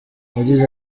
yagize